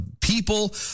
people